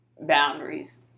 boundaries